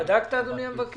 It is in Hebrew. בדקת את זה, אדוני המבקר?